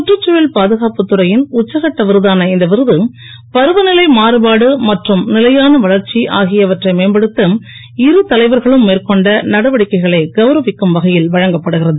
சுற்றுச்சூழல் பாதுகாப்பு துறையின் உச்சகட்ட விருதான இந்த விருது பருவநிலை மாறுபாடு மற்றும் நிலையான வளர்ச்சி ஆகியவற்றை மேம்படுத்த இரு தலைவர்களும் மேற்கொண்ட நடவடிக்கைகளை கௌரவிக்கும் வகையில் வழங்கப்படுகிறது